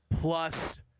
Plus